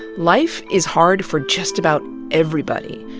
life is hard for just about everybody.